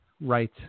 Right